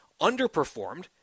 underperformed